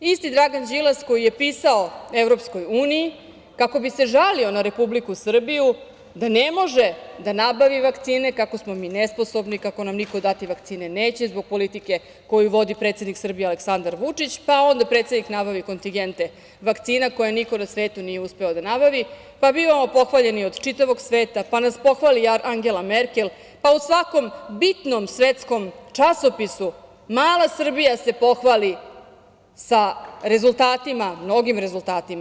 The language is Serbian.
Isti Dragan Đilas koji je pisao EU kako bi se žalio na Republiku Srbiju da ne može da nabavi vakcine, kako smo mi nesposobni, kako nam niko dati vakcine neće, kako zbog politike koju vodi predsednik Srbije Aleksandar Vučić, pa onda predsednik nabavio kontigente vakcina koje niko na svetu nije uspeo da nabavi, pa bivamo pohvaljeni od čitavog sveta, pa nas pohvali Angela Merkel, pa u svakom bitnom svetskom časopisu mala Srbija se pohvali sa rezultatima, mnogim rezultatima.